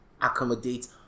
accommodate